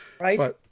Right